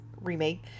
remake